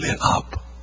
up